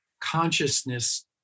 consciousness